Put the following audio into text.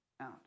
out